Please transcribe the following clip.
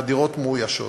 והדירות מאוישות.